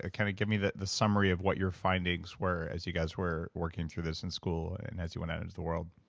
ah kind of give me the the summary of what your findings were as you were working through this in school and as you went out into the world